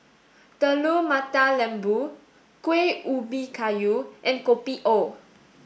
Telur Mata Lembu Kueh Ubi Kayu and Kopi O